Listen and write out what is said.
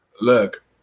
Look